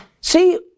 See